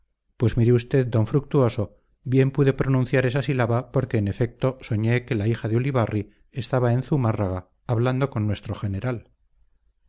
pues mire usted d fructuoso bien pude pronunciar esa sílaba porque en efecto soñé que la hija de ulibarri estaba en zumárraga hablando con nuestro general